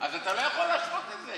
אתה לא יכול להשוות את זה.